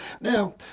Now